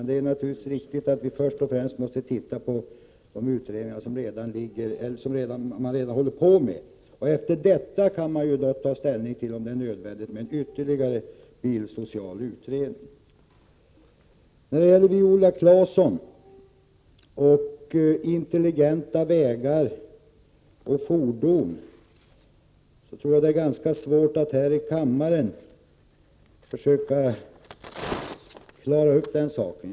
Det är naturligtvis riktigt att vi först och främst måste se på de utredningar som redan pågår. Därefter kan man ta ställning till om det är nödvändigt med en ytterligare bilsocial utredning. Viola Claesson! Det är svårt att i kammaren klara upp frågan om intelligenta vägar och fordon.